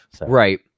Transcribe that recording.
Right